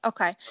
Okay